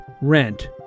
rent